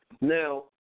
Now